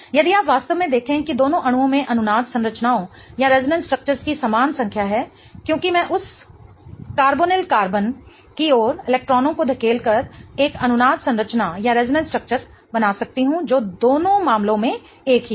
यदि आप वास्तव में देखें कि दोनों अणुओं में अनुनाद संरचनाओं की समान संख्या है क्योंकि मैं उस कार्बोनिल कार्बन की ओर इलेक्ट्रॉनों को धकेल कर एक अनुनाद संरचना बना सकती हूं जो दोनों मामलों में एक ही है